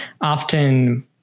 often